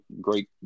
great